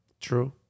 True